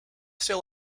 still